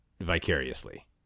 vicariously